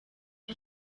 uko